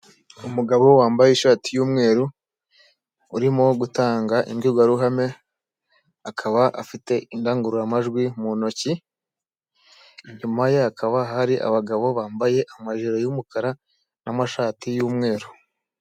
Umugabo wambaye ishati yumweru urimo gutanga imbwirwaruhame akaba afite indangururamajwi mu ntoki inyuma ye hakaba hari abagabo bambaye amajire y'umukara namashati y'umweru.